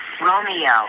Romeo